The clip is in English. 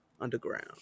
underground